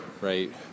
right